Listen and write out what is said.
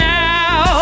now